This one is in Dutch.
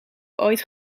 ooit